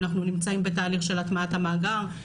אנחנו נמצאים בתהליך של הטמעת המאגר.